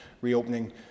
reopening